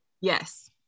Yes